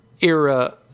era